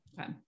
Okay